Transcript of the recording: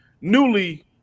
newly